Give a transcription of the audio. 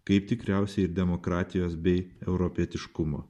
kaip tikriausiai ir demokratijos bei europietiškumo